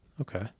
okay